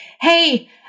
hey